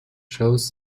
shows